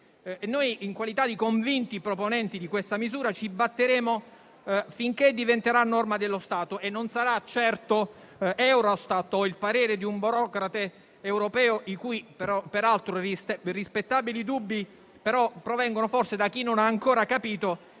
Noi, in qualità di convinti proponenti di questa misura, ci batteremo finché diventerà norma dello Stato e non sarà certo per Eurostat o per il parere di un burocrate europeo, i cui peraltro rispettabili dubbi provengono però, forse, da chi non ha ancora capito